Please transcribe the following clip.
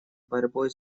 борьбой